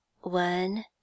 One